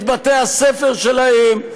את בתי-הספר שלהם,